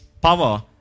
power